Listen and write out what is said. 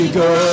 go